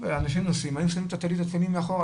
אנשים היו נוסעים והיו שמים את הטלית והתפילין מאחורה,